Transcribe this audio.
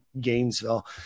Gainesville